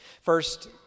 First